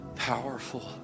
powerful